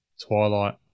twilight